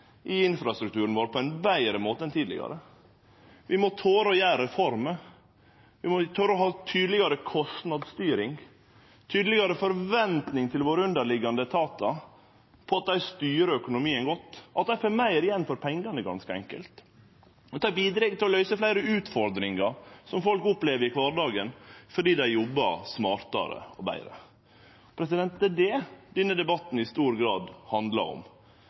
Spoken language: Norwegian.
i infrastrukturen vår, på ein betre måte enn tidlegare. Vi må tore å gjere reformer. Vi må tore å ha tydelegare kostnadsstyring, tydelegare forventning til at dei underliggjande etatane våre styrer økonomien godt – at dei får meir igjen for pengane, ganske enkelt. Dette bidreg til å løyse fleire utfordringar som folk opplever i kvardagen, fordi dei jobbar smartare og betre. Det er det denne debatten i stor grad handlar om,